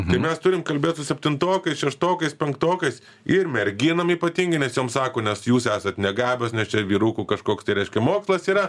tai mes turim kalbėt su septintokais šeštokais penktokais ir merginom ypatingai nes jom sako nes jūs esat negabios nes čia vyrukų kažkoks tai reiškia mokslas yra